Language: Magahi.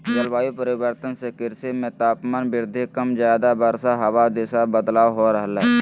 जलवायु परिवर्तन से कृषि मे तापमान वृद्धि कम ज्यादा वर्षा हवा दिशा बदलाव हो रहले